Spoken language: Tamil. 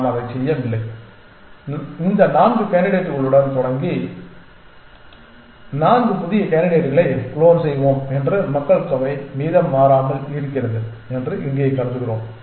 நாம் அதைச் செய்யவில்லை இந்த 4 கேண்டிடேட்களுடன் தொடங்கி 4 புதிய கேண்டிடேட்களை குளோன் செய்வோம் என்று மக்கள் தொகை மீதம் மாறாமல் இருக்கிறது என்று இங்கே கருதுகிறோம்